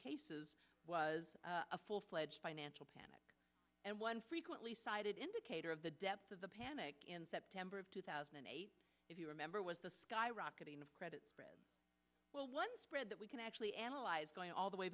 cases was a full fledged financial panic and one frequently cited indicator of the depth of the panic in september of two thousand and eight if you remember was the skyrocketing of credit one spread that we can actually analyze going all the way